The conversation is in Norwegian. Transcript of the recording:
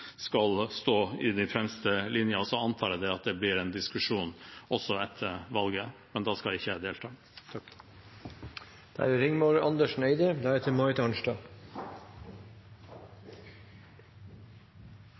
skal stå i den fremste linjen. Jeg antar at det blir en diskusjon også etter valget, men da skal ikke jeg delta. Motstanden mot petroleumsaktivitet i områdene utenfor Lofoten, Vesterålen og Senja har skapt et stort folkelig engasjement, og det er